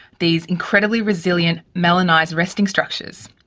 these incredibly resilient melanised resting structures.